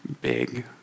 big